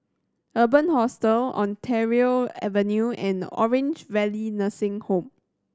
Urban Hostel Ontario Avenue and Orange Valley Nursing Home